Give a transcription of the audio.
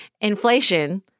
inflation